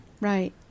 right